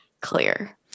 clear